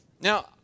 Now